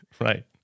Right